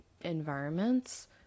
environments